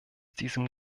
diesem